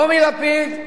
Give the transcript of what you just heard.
טומי לפיד,